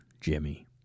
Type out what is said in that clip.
Jimmy